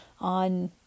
on